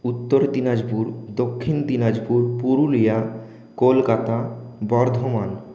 উত্তর দিনাজপুর দক্ষিণ দিনাজপুর পুরুলিয়া কলকাতা বর্ধমান